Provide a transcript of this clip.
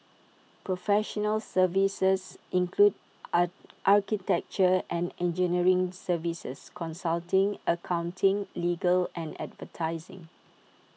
professional services include are architecture and engineering services consulting accounting legal and advertising